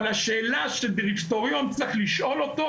אבל השאלה שדירקטוריון צריך לשאול אותה